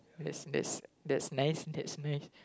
that's that's that's nice that's nice